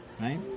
right